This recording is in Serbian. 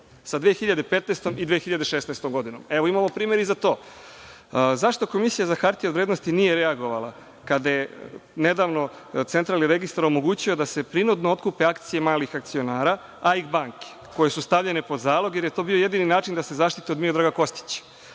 sa 2015. i 2016. godinom? Evo imamo primer i za to. Zašto Komisija za hartije od vrednosti nije reagovala kada je nedavno Centralni registar omogućio da se prinudno otkupe akcije malih akcionara „AIK banke“ koje su stavljene pod zalog, jer je to bio jedini način da se zaštite od Miodraga Kostića?